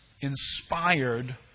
inspired